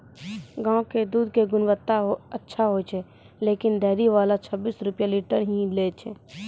गांव के दूध के गुणवत्ता अच्छा होय या लेकिन डेयरी वाला छब्बीस रुपिया लीटर ही लेय छै?